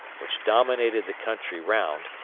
which dominated the country round,